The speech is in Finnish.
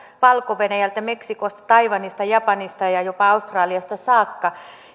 valko venäjältä meksikosta taiwanista japanista kuin jopa australiasta saakka